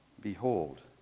behold